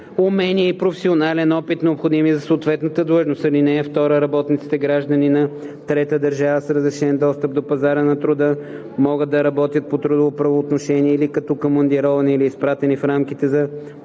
умения и професионален опит, необходими за съответната длъжност. (2) Работниците – граждани на трета държава, с разрешен достъп до пазара на труда могат да работят по трудово правоотношение или като командировани или изпратени в рамките на предоставяне